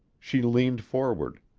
she leaned forward.